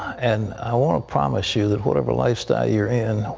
and i want to promise you that whatever lifestyle you are in,